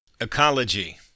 Ecology